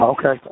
Okay